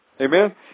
Amen